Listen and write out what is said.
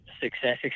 success